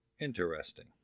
Interesting